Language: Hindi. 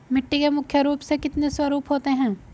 मिट्टी के मुख्य रूप से कितने स्वरूप होते हैं?